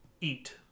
eat